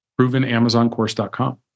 ProvenAmazonCourse.com